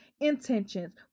intentions